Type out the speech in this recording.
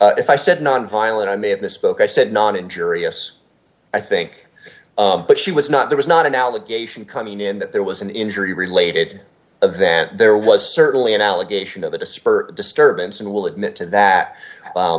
physical if i said nonviolent i may have misspoke i said non injurious i think but she was not there is not an allegation coming in that there was an injury related event there was certainly an allegation of a spurt disturbance and will admit to that